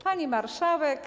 Pani Marszałek!